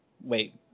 wait